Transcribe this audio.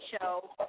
show